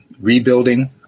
rebuilding